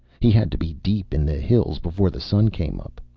he had to be deep in the hills before the sun came up.